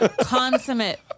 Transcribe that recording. Consummate